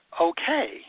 okay